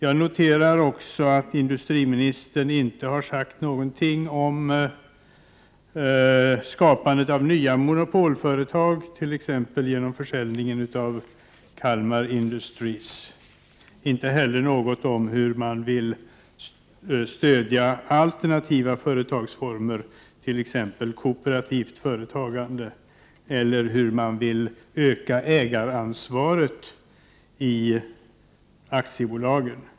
Jag noterar också att industriministern inte har sagt någonting om skapandet av nya monopolföretag, t.ex. genom försäljningen av Kalmar Industries, inte heller något om hur man vill stödja alternativa företagsformer, t.ex. kooperativt företagande, eller hur man vill öka ägaransvaret i aktiebolagen.